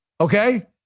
Okay